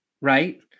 right